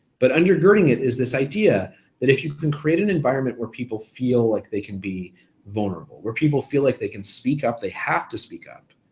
but undergirding it is this idea that if you can create an environment where people feel like they can be vulnerable, where people feel like they can speak up, they have to speak up,